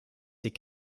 ses